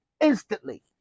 Instantly